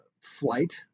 flight